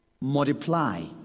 multiply